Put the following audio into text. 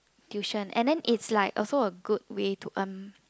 tuition and then it's like also a good way to earn